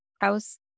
house